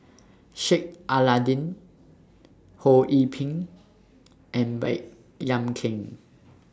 Sheik Alau'ddin Ho Yee Ping and Baey Yam Keng